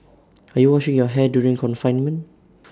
are you washing your hair during confinement